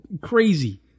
crazy